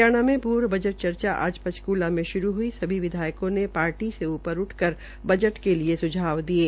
हरियाणा में पूर्व बजट चर्चा आज पंचकूला में शुरू हुई सभी विधायकों ने पार्टी से ऊपर उठकर बजट के लिए सुझाव दिये